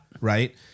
Right